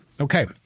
Okay